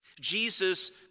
Jesus